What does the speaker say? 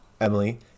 Emily